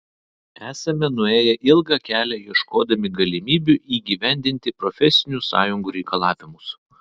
esame nuėję ilgą kelią ieškodami galimybių įgyvendinti profesinių sąjungų reikalavimus